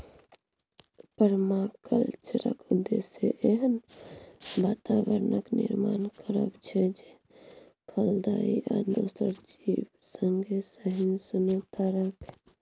परमाकल्चरक उद्देश्य एहन बाताबरणक निर्माण करब छै जे फलदायी आ दोसर जीब संगे सहिष्णुता राखय